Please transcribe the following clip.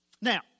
Now